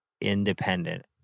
independent